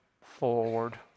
forward